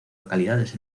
localidades